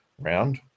round